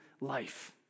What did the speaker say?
life